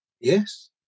Yes